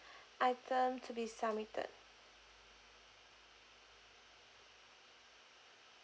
item to be submitted